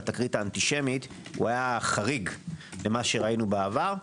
התקרית האנטישמית היה חריג למה שראינו בעבר.